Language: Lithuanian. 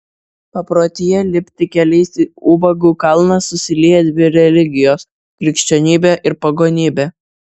paprotyje lipti keliais į ubagų kalną susilieja dvi religijos krikščionybė ir pagonybė